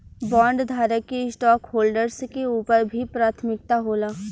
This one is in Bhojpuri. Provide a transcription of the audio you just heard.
बॉन्डधारक के स्टॉकहोल्डर्स के ऊपर भी प्राथमिकता होला